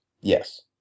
Yes